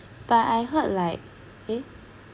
but I heard like eh